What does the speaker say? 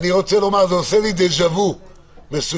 זה עושה לי דז'ה וו מסוים